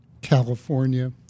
California